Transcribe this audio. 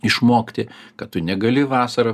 išmokti kad tu negali vasarą